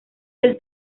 del